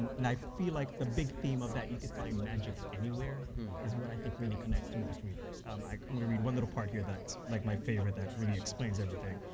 and i feel like the big theme of that you could find magic anywhere is what i think really connects to most readers um like i'm going to read one little part here that's like my favorite, that really explains everything.